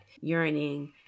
yearning